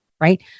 right